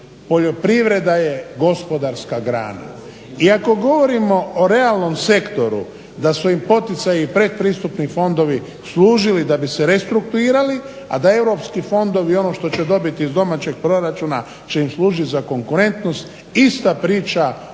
poljoprivreda je gospodarska grana i ako govorimo o realnom sektoru da su im poticaji i pretpristupni fondovi služili da bi se restrukturirali a da europski fondovi i ono što će dobiti iz domaćeg proračuna će im služiti za konkurentnost ista priča